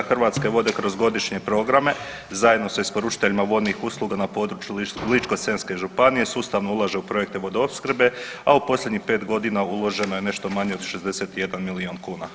Hrvatske vode kroz godišnje programe zajedno sa isporučiteljima vodnih usluga na području Ličko-senjske županije sustavno ulaže u projekte vodoopskrbe, a u posljednjih pet godina uloženo je nešto manje od 61 milion kuna.